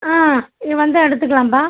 ஆ இங்கே வந்தால் எடுத்துக்கலாம்ப்பா